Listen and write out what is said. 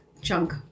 chunk